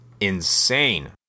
insane